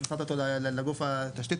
נתת אותו לגוף התשתית,